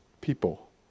people